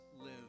live